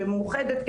במאוחדת,